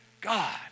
God